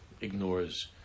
ignores